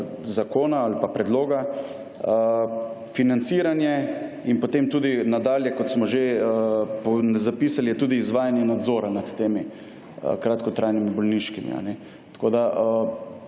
zakona ali pa predloga. Financiranje, in potem tudi, nadalje, kot smo že zapisali, je tudi izvajanje nadzora nad temi kratkotrajnimi bolniškimi. Tako da,